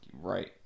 right